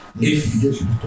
if-